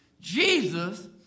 Jesus